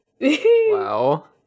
Wow